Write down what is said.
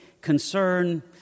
concern